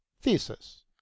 thesis